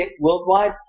worldwide